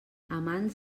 amants